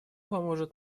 поможет